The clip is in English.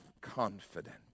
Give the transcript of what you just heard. confident